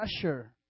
pressure